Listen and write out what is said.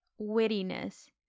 wittiness